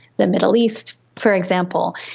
the middle east for example.